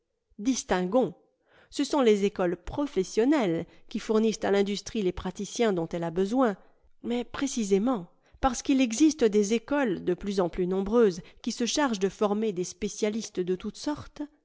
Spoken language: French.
distinguons ce sont les écoles professionnelles qui fournissent à l'industrie les praticiens dont elle a besoin mais précisément parce qu'il existe des écoles de plus en plus nombreuses qui se chargent de former des spécialistes de toutes sortes